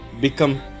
become